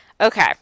Okay